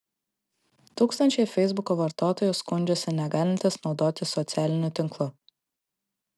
tūkstančiai feisbuko vartotojų skundžiasi negalintys naudotis socialiniu tinklu